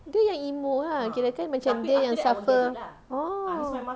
dia yang emo lah kirakan macam dia kan dia yang suffer orh